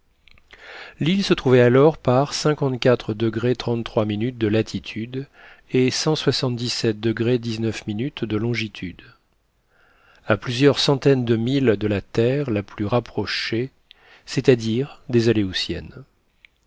l'île se trouvait alors par de latitude et de longitude à plusieurs centaines de milles de la terre la plus rapprochée c'est-à-dire des aléoutiennes